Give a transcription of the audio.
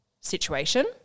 situation